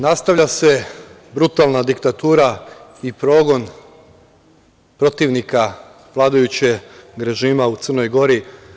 Nastavlja se brutalna diktatura i progon protivnika vladajućeg režima u Crnoj Gori.